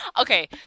Okay